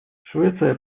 швеция